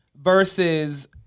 versus